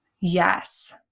Yes